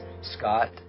Scott